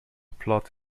plot